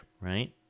right